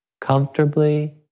comfortably